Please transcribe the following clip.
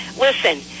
Listen